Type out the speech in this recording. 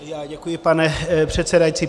Já děkuji, pane předsedající.